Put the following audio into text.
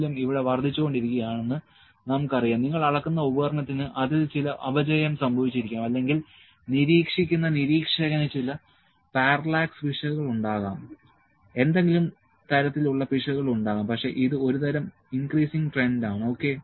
മൂല്യം ഇവിടെ വർദ്ധിച്ചുകൊണ്ടിരിക്കുകയാണെന്ന് നമുക്കറിയാം നിങ്ങൾ അളക്കുന്ന ഉപകരണത്തിന് അതിൽ ചില അപചയം സംഭവിച്ചിരിക്കാം അല്ലെങ്കിൽ നിരീക്ഷിക്കുന്ന നിരീക്ഷകന് ചില പാരലാക്സ് പിശകുകളുണ്ടാകാം എന്തെങ്കിലും തരത്തിലുള്ള പിശകുകൾ ഉണ്ടാകാം പക്ഷേ ഇത് ഒരുതരം ഇന്ക്രീസിങ് ട്രെൻഡ് ആണ് ഓക്കേ